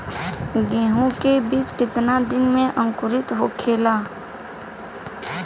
गेहूँ के बिज कितना दिन में अंकुरित होखेला?